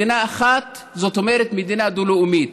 מדינה אחת זאת אומרת מדינה דו-לאומית.